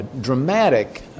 dramatic